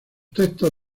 textos